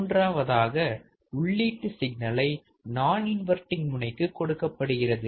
மூன்றாவதாக உள்ளீட்டு சிக்னலை நான் இன்வர்ட்டிங் முனைக்கு கொடுக்கப்படுகிறது